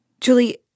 Julie